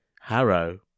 Harrow